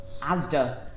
Asda